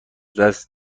دست